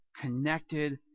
connected